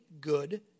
good